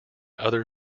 other